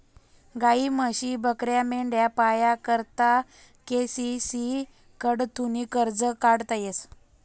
गायी, म्हशी, बकऱ्या, मेंढ्या पाया करता के.सी.सी कडथून कर्ज काढता येस